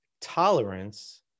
tolerance